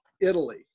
Italy